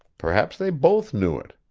perhaps they both knew it.